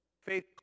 faith